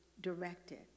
directed